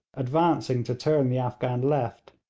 advancing to turn the afghan left.